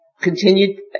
continued